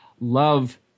love